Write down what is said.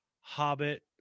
Hobbit